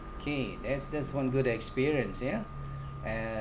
okay that's that's one good experience ya uh